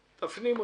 תזכורות.